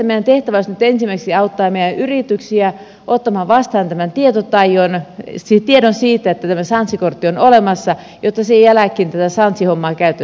elikkä meidän tehtävä olisi nyt ensimmäiseksi auttaa meidän yrityksiä ottamaan vastaan tämän tiedon siitä että tämä sanssi kortti on olemassa jotta sen jälkeen tätä sanssi hommaa käytettäisiin hyväksi